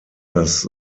das